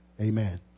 Amen